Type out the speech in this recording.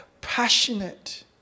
passionate